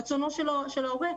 רצונו של ההורה.